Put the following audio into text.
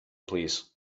plîs